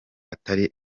atari